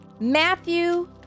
Matthew